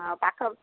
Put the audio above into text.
ଆ ପାଖ